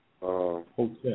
Hotel